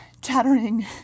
chattering